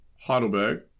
Heidelberg